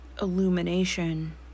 illumination